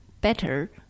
better